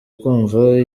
kumva